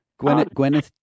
Gwyneth